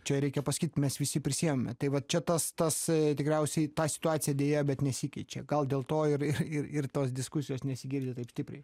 čia reikia pasakyt mes visi prisiėmėme tai va čia tas tasai tikriausiai ta situacija deja bet nesikeičia gal dėl to ir ir ir tos diskusijos nesigirdi taip stipriai